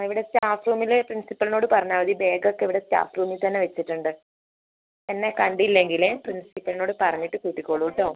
ആ ഇവിടെ സ്റ്റാഫ് റൂമിൽ പ്രിന്സിപ്പളിനോട് പറഞ്ഞാൽ മതി ബേഗ് ഒക്കെ ഇവിടെ സ്റ്റാഫ് റൂമിൽ തന്നെ വെച്ചിട്ടുണ്ട് എന്നെ കണ്ടില്ലെങ്കിൽ പ്രിന്സിപ്പളിനോട് പറഞ്ഞിട്ട് കൂട്ടിക്കോളൂ കേട്ടോ